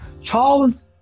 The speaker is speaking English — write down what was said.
Charles